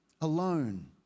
alone